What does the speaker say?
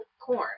corn